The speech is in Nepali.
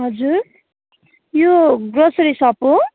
हजुर यो ग्रोसरी सप हो